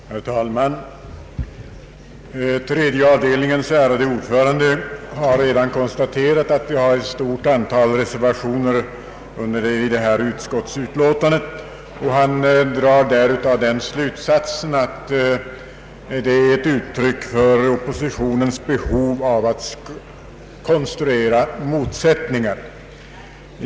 Herr talman! Tredje avdelningens ärade ordförande har redan konstaterat att det finns ett stort antal reservationer under det här utskottsutlåtandet, och han drar därav den slutsatsen att det är ett uttryck för oppositionens behov av att konstruera motsättningar.